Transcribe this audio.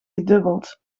gedubbeld